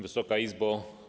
Wysoka Izbo!